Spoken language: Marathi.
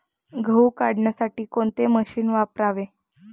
गहू काढण्यासाठी कोणते मशीन वापरावे?